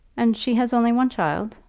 and she has only one child.